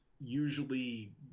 usually